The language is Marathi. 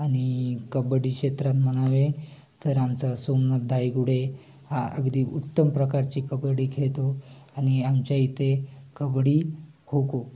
आणि कबड्डी क्षेत्रात म्हणावे तर आमचा सोमनाथ दाईगुडे हा अगदी उत्तम प्रकारची कबड्डी खेळतो आणि आमच्या इथे कबड्डी खो खो